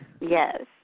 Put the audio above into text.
Yes